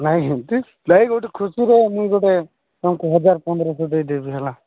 ନାଇଁ ହେମତି ନାଇଁ ଗୋଟେ ଖୁସିରେ ମୁଁ ଗୋଟେ ତୁମକୁ ହଜାରେ ପନ୍ଦରଶହ ଦେଇଦେବି ହେଲା